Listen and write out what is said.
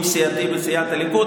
בממשלה הקודמת,